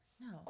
No